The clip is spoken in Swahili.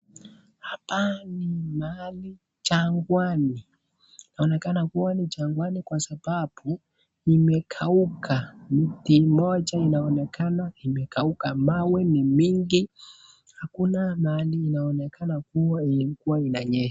Hapa ni mahali jangwani. Inaonekana kuwa ni jangwani kwa sababu imekauka. Mti moja inaonekana imekauka, mawe ni mingi. Hakuna mahali inaonekana kuwa ilikuwa inanyesha.